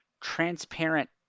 transparent